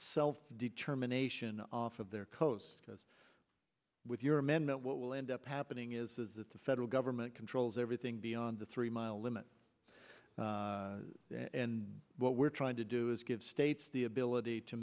self determination off of their coast because with your amendment what will end up happening is that the federal government controls everything beyond the three mile limit and what we're trying to do is give states the ability to